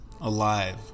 alive